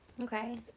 Okay